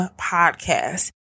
podcast